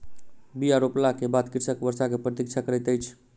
बीया रोपला के बाद कृषक वर्षा के प्रतीक्षा करैत अछि